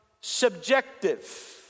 subjective